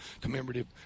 commemorative